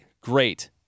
Great